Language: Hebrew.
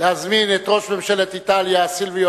להזמין את ראש ממשלת איטליה סילביו